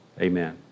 Amen